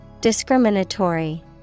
Discriminatory